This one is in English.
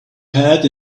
pad